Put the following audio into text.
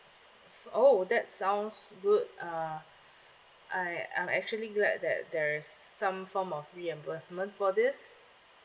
oh that sounds good uh I I'm actually glad that there's some form of reimbursement for this